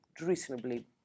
reasonably